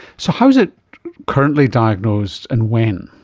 so how is it currently diagnosed and when?